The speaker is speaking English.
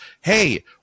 hey